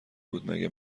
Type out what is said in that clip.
بود، مگه